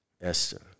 Esther